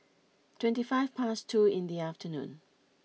twenty five past two in the afternoon